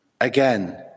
again